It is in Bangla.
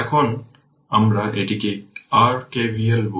এখন আমরা এটিকে r K V L বলি